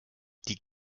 die